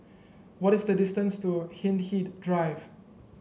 what is the distance to Hindhede Drive